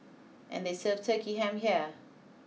and they serve Turkey Ham here